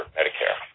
Medicare